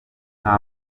nta